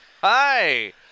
hi